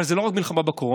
אבל זו לא רק מלחמה בקורונה,